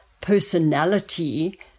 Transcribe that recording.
personality